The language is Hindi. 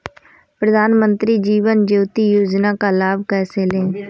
प्रधानमंत्री जीवन ज्योति योजना का लाभ कैसे लें?